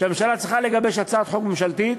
שהממשלה צריכה לגבש הצעת חוק ממשלתית,